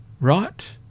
right